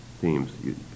themes